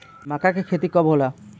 मक्का के खेती कब होला?